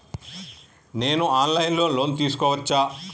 నేను online లో loan తీసుకోవచ్చా?